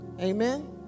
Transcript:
amen